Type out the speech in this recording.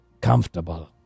comfortable